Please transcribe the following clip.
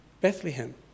Bethlehem